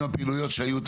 עם הפעילויות שהיו,